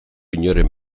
inoren